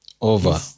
Over